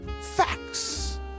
Facts